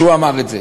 אמר את זה.